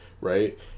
right